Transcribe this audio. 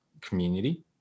community